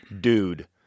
dude